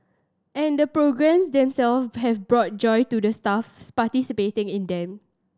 and the programmes themself have brought joy to the staff participating in them